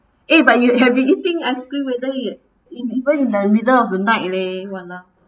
eh but you have been eating ice cream whether even in the middle of the night leh !walao!